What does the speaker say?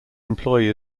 employee